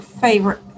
favorite